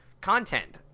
content